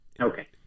Okay